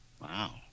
Wow